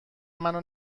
منو